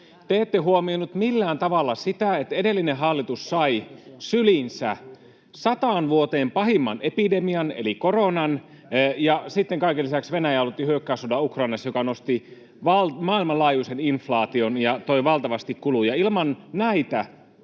Te ette huomioinut millään tavalla sitä, että edellinen hallitus sai syliinsä sataan vuoteen pahimman epidemian, eli koronan, ja sitten kaiken lisäksi Venäjä aloitti hyökkäyssodan Ukrainassa, joka nosti maailmanlaajuisen inflaation ja toi valtavasti kuluja. Ilman näitä